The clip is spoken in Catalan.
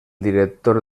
director